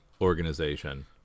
organization